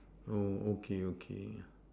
oh okay okay